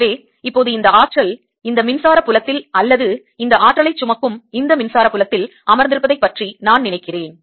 எனவே இப்போது இந்த ஆற்றல் இந்த மின்சார புலத்தில் அல்லது இந்த ஆற்றலைச் சுமக்கும் இந்த மின்சார புலத்தில் அமர்ந்திருப்பதைப் பற்றி நான் நினைக்கிறேன்